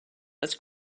was